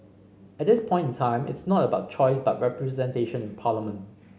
at this point in time it's not about choice but representation in parliament